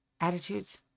attitudes